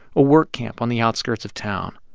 a work camp on the outskirts of town.